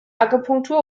akupunktur